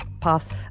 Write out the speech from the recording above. Pass